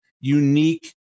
unique